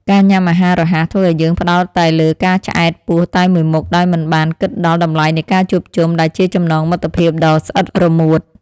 ការញ៉ាំអាហាររហ័សធ្វើឲ្យយើងផ្តោតតែលើការឆ្អែតពោះតែមួយមុខដោយមិនបានគិតដល់តម្លៃនៃការជួបជុំដែលជាចំណងមិត្តភាពដ៏ស្អិតរមួត។